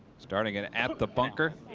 starting it at the bunker.